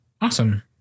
Awesome